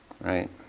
right